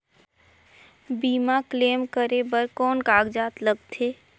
बीमा क्लेम करे बर कौन कागजात लगथे?